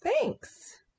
Thanks